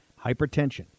Hypertension